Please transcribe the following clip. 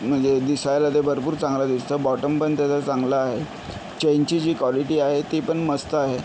म्हणजे दिसायला ते भरपूर चांगला दिसतं बॉटम पण त्याचा चांगला आहे चेनची जी कॉलिटी आहे ती पण मस्त आहे